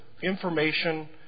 information